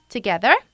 Together